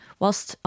whilst